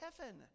heaven